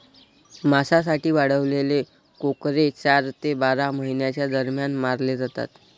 मांसासाठी वाढवलेले कोकरे चार ते बारा महिन्यांच्या दरम्यान मारले जातात